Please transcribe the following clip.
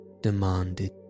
demanded